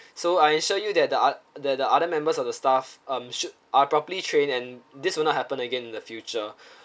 so I assure you that the oth~ the the other members of the staff um should are properly trained and this will not happen again in the future